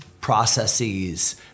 processes